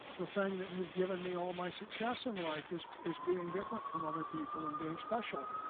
the thing that has given me all my success in life is is being different from other people and being special.